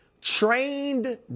trained